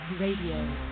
radio